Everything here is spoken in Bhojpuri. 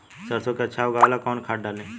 सरसो के अच्छा उगावेला कवन खाद्य डाली?